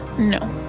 no.